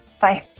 bye